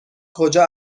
کجا